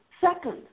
second